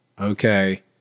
okay